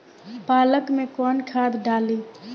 पालक में कौन खाद डाली?